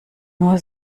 nur